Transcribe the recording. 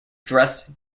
dressed